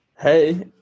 hey